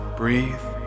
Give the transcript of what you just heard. breathe